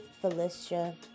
Felicia